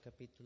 capítulo